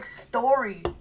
story